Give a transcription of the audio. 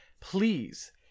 Please